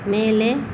மேலே